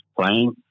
playing